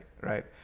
right